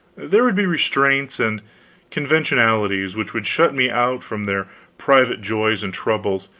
there would be restraints and conventionalities which would shut me out from their private joys and troubles,